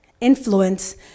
influence